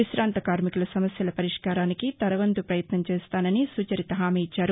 వికాంత కార్మికుల సమస్యల పరిష్కారానికి తన వంతు పయత్నం చేస్తానని సుచరిత హామీ ఇచ్చారు